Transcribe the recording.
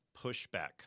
Pushback